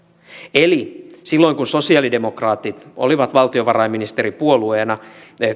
eli silloin kun sosi alidemokraatit olivat valtiovarainministeripuolueena